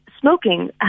smoking